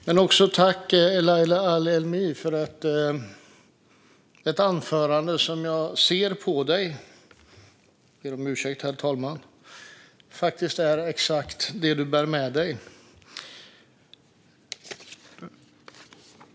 Herr talman! Tack, Leila Ali Elmi, för ditt anförande. Jag ser på dig - jag ber om ursäkt, herr talman - att det faktiskt vittnar exakt om det du bär med dig.